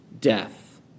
death